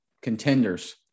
contenders